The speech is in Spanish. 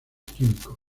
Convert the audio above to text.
químico